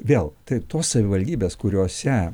vėl tai tos savivaldybės kuriose